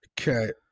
Okay